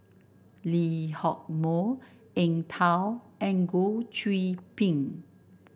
Lee Hock Moh Eng Tow and Goh Qiu Bin